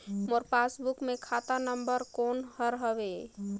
मोर passbook मे खाता number कोन हर हवे?